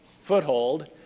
foothold